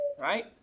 Right